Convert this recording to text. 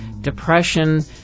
depression